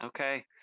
Okay